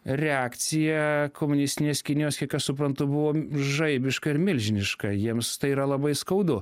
reakcija komunistinės kinijos kiek aš suprantu buvom žaibiška ir milžiniška jiems tai yra labai skaudu